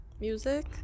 Music